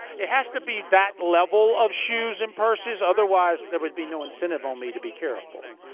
it has to be that level of shoes and purses. otherwise there would be no incentive on me to be careful.